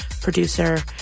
producer